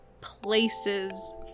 places